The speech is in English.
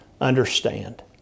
understand